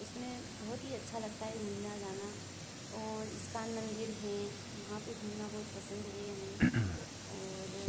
उसमें बहुत ही अच्छा लगता है घूमना जाना और इस्कान मंदिर हें वहाँ पर घूमना बहुत पसंद है हमें और